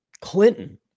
Clinton